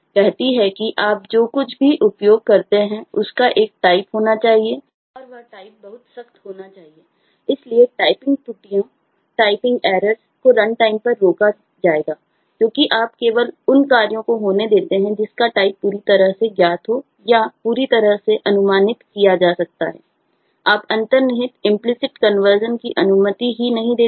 तो आप एक int की जगह double का उपयोग करने की अनुमति नहीं देते